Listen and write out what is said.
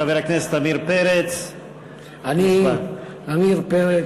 חבר הכנסת עמיר פרץ, אני, עמיר פרץ,